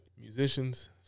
musicians